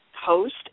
host